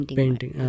Painting